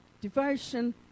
devotion